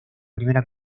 primera